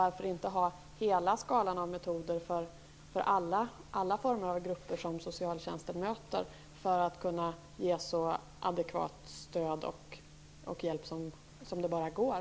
Varför inte ha hela skalan av metoder för alla grupper som socialtjänsten möter för att ge så adekvat stöd och hjälp som det bara går?